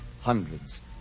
hundreds